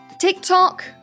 TikTok